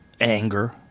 anger